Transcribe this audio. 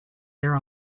there